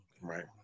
Right